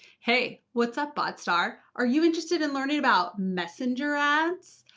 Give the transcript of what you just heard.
hey, what's up, bot star? are you interested in learning about messenger ads?